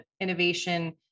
innovation